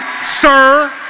sir